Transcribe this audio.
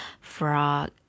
frog